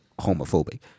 homophobic